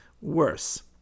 Worse